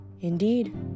Indeed